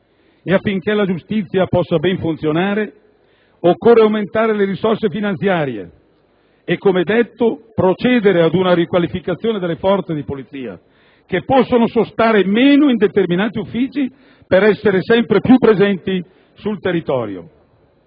Affinché la giustizia possa ben funzionare, occorre aumentare le risorse finanziarie e - come detto - procedere ad una riqualificazione delle forze di polizia, che possono sostare meno in determinati uffici per essere sempre più presenti sul territorio.